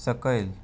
सकयल